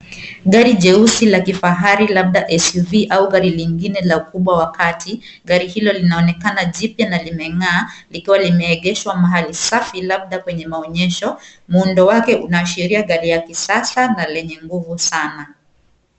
Gari jeusi la kifahari labda SUV au gari lingine la ukubwa wa kati. Gari hilo linaonekana jipya na limeng'aa, likiwa limeegeshwa mahali safi labda kwenye maonyesho. Muundo wake unaashiria gari la kisasa na lenye nguvu sana.